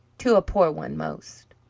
to a poor one most.